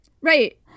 Right